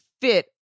fit